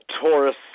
Taurus